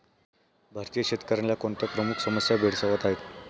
भारतीय शेतकऱ्यांना कोणत्या प्रमुख समस्या भेडसावत आहेत?